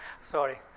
Sorry